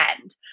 end